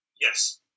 Yes